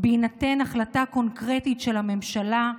בהינתן החלטה קונקרטית של הממשלה,